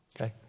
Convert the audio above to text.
Okay